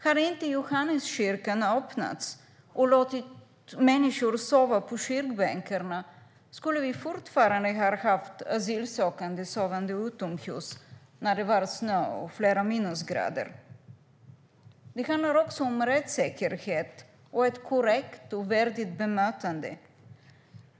Hade inte Johanneskyrkan öppnat och låtit människor sova på kyrkbänkarna skulle vi fortfarande ha haft asylsökande sovande utomhus när det var snö och flera minusgrader. Det handlar om rättssäkerhet och ett korrekt och värdigt bemötande.